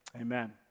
Amen